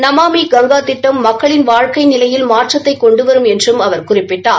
நமாமி கங்கா திட்டம் மக்களின் வாழ்க்கை நிலையில் மாற்றத்தை கொண்டு வரும் என்றும் அவர் குறிப்பிட்டார்